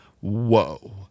whoa